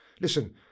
listen